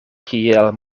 kiel